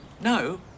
No